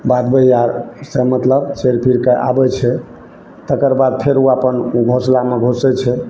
बाध बैआरसँ मतलब चरि फिर कऽ आबैत छै तकरबाद फेर ओ अपन घोसलामे घुसै छै